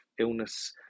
illness